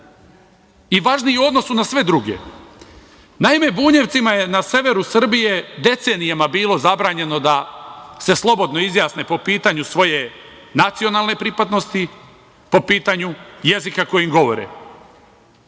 i važnije u odnosu na sve druge. Naime, Bunjevcima je na severu Srbije decenijama bilo zabranjeno da se slobodno izjasne po pitanju svoje nacionalne pripadnosti, po pitanju jezika kojim govore.